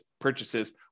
purchases